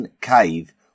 Cave